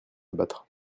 abattre